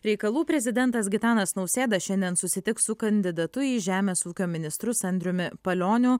reikalų prezidentas gitanas nausėda šiandien susitiks su kandidatu į žemės ūkio ministrus andriumi palioniu